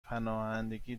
پناهندگی